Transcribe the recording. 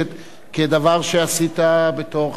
כדבר שעשית בתור חבר כנסת.